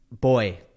boy